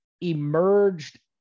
emerged